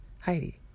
Heidi